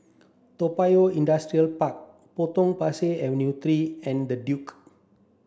Toa Payoh Industrial Park Potong Pasir Avenue three and The Duke